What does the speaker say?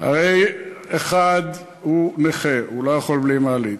הרי אחד הוא נכה, הוא לא יכול בלי מעלית.